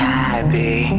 happy